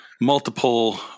multiple